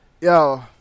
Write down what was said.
yo